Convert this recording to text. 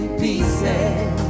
pieces